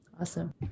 Awesome